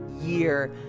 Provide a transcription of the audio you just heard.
year